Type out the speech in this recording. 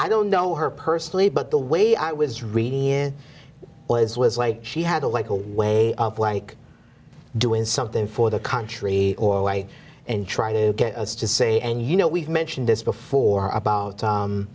i don't know her personally but the way i was reading it was was like she had a like a way of like doing something for the country or way and trying to get us to say and you know we've mentioned this before about